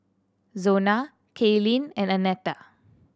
Zona Cailyn and Annetta